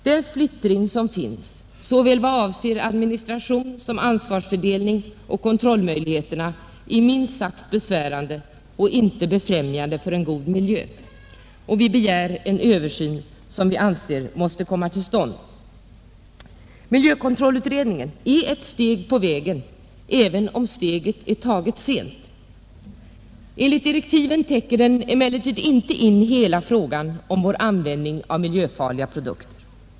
Den splittring som finns såväl vad avser administration som ansvarsfördelning och kontrollmöjligheter är minst sagt besvärande och inte befrämjande för en god miljö. Vi begär en översyn, som vi anser måste komma till stånd. Miljökontrollutredningen är ett steg på vägen, även om steget är taget sent. Enligt direktiven täcker den emellertid inte in hela frågan om vår användning av miljöfarliga produkter.